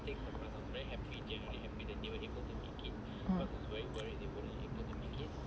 mm